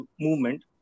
movement